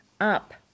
up